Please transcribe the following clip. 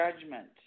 judgment